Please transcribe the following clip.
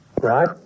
right